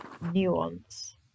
nuance